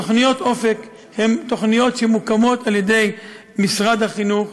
תוכניות "אופק" הן תוכניות שמוקמות על-ידי משרד החינוך.